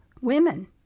women